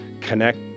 connect